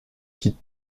qui